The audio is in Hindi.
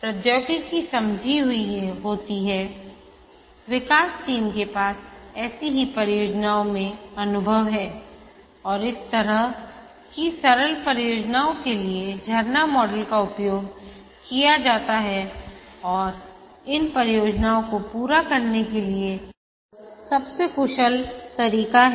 प्रौद्योगिकी समझी हुई होती है विकास टीम के पास ऐसी ही परियोजनाओं में अनुभव है और इस तरह की सरल परियोजनाओं के लिए झरना मॉडल का उपयोग किया जा सकता है और यह इन परियोजनाओं को पूरा करने के लिए यह सबसे कुशल तरीका है